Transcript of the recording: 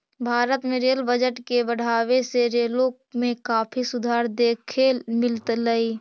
भारत में rail budget के बढ़ावे से रेलों में काफी सुधार देखे मिललई